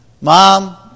Mom